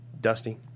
Dusty